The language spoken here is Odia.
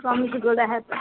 କମିଛି ଗୋଡ଼ ହାତ